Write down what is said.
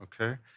okay